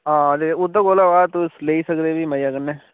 हां ते ओह्दे कोला दा तुस लेई सकदे फ्ही मजे कन्नै